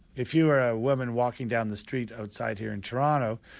if you were a woman walking down the street outside here in toronto,